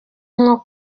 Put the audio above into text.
nko